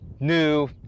new